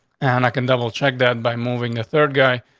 and i can double check that by moving the third guy.